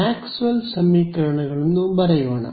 Max well ಸಮೀಕರಣಗಳನ್ನು ಬರೆಯೋಣ